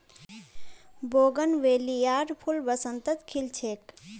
बोगनवेलियार फूल बसंतत खिल छेक